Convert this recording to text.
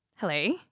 Hello